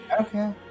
Okay